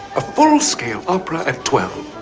a full-scale opera at twelve.